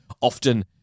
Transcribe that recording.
often